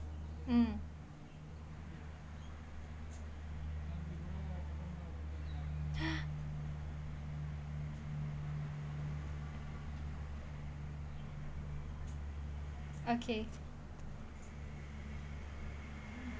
um okay